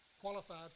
qualified